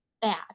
bad